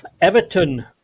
Everton